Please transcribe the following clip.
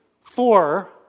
four